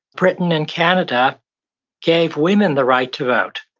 britain and canada gave women the right to vote.